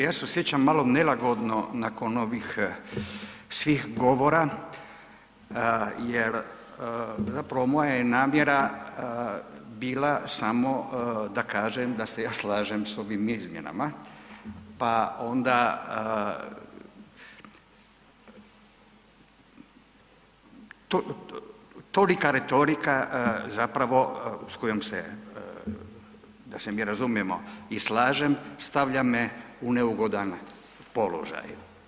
Ja se osjećam malo nelagodno nakon ovih svih govora jer zapravo moja je namjera bila samo da kažem da se ja slažem s ovim izmjenama, pa onda tolika retorika zapravo s kojom se, da se mi razumijemo i slažem, stavlja me u neugodan položaj.